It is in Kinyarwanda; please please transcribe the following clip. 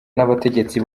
n’abategetsi